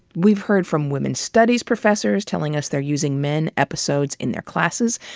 we've heard from women's studies professors telling us they're using men episodes in their classes.